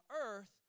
earth